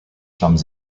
sums